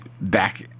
back